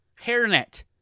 hairnet